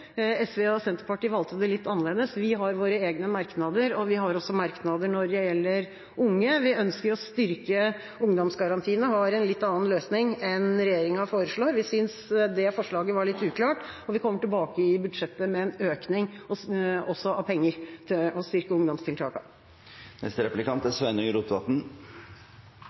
SV og Senterpartiet valgte å gjøre det litt annerledes. Vi har våre egne merknader, og vi har også merknader når det gjelder unge. Vi ønsker å styrke ungdomsgarantiene og har en litt annen løsning enn den regjeringa foreslår. Vi synes det forslaget var litt uklart, og vi kommer tilbake i budsjettet med en økning når det gjelder penger til å styrke